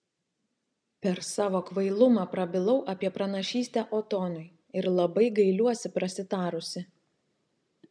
per savo kvailumą prabilau apie pranašystę otonui ir labai gailiuosi prasitarusi